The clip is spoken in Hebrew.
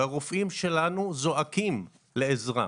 והרופאים שלנו זועקים לעזרה.